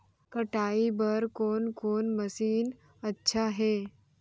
कटाई बर कोन कोन मशीन अच्छा हे?